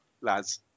Lads